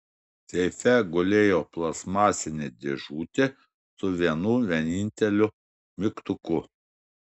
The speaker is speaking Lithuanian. seife gulėjo plastmasinė dėžutė su vienu vieninteliu mygtuku